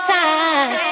time